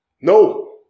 No